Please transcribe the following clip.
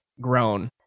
grown